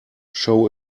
show